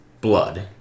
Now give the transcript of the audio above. blood